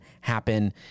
happen